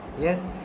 Yes